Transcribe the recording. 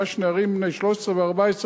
ממש נערים בני 13 ו-14,